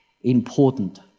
important